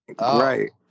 Right